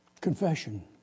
Confession